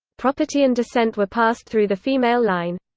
property and descent were passed through the female line.